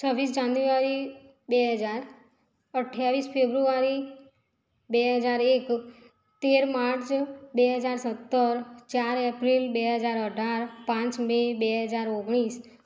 છવ્વીસ જાન્યુઆરી બે હજાર અઠ્ઠાવીસ ફેબ્રુઆરી બે હજાર એક તેર માર્ચ બે હજાર સત્તર ચાર એપ્રિલ બે હજાર અઢાર પાંચ મે બે હજાર ઓગણીસ